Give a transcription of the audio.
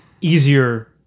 easier